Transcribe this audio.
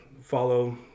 follow